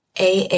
AA